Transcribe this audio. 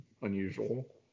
unusual